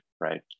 right